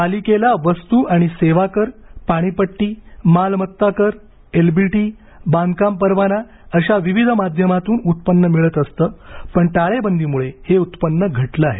पालिकेला वस्तू आणि सेवा कर पाणी पट्टी मालमत्ता कर एलबिटी बांधकाम परवाना अशा माध्यमातून उत्पन्न मिळत असतं पण टाळेबंदीमुळे हे उत्पन्न घटले आहे